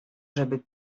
żeby